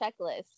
checklist